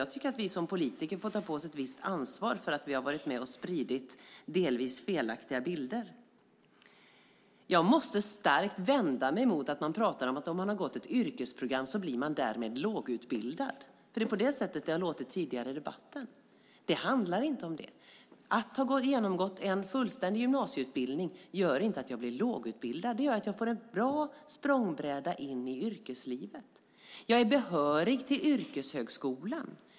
Jag tycker att vi som politiker får ta på oss ett ansvar för att vi har varit med och spridit delvis felaktiga bilder. Jag måste starkt vända mig mot att det pratas om att man blir lågutbildad om man har gått ett yrkesprogram. Så har det låtit tidigare i debatten. Det handlar inte om det. Att ha genomgått en fullständig gymnasieutbildning gör inte att man blir lågutbildad. Det gör att man får en bra språngbräda in i yrkeslivet. Man blir behörig till yrkeshögskolan.